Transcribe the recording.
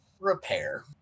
Repair